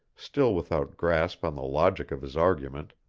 still without grasp on the logic of his argument.